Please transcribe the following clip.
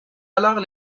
alors